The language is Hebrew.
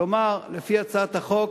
כלומר, לפי הצעת החוק